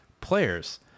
Players